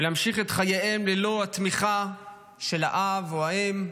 ולהמשיך את חייהם ללא התמיכה של האב או האם,